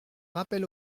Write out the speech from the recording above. rappel